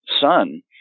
son